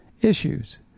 issues